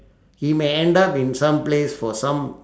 he may end up in some place for some